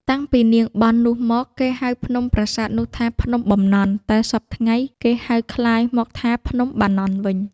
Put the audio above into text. តាំងពី នាងបន់នោះមក គេហៅភ្នំប្រាសាទនោះថា ភ្នំបំណន់ តែសព្វថ្ងៃ គេហៅក្លាយមកថា ភ្នំបាណន់ វិញ ។